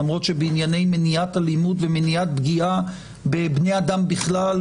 למרות שבענייני מניעת אלימות ומניעת פגיעה בבני אדם בכלל,